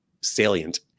salient